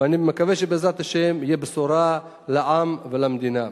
ואני מקווה שבעזרת השם תהיה בשורה לעם ולמדינה.